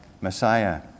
Messiah